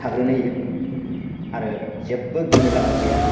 थाग्रोनो होयो आरो जेब्बो गिनोलागा गैया